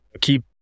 keep